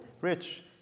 Rich